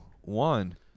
one